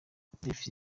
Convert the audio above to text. davis